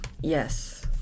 Yes